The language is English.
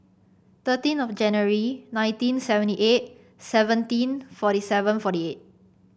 thirteen of January nineteen seventy eight seventeen forty seven forty eight